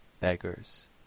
beggars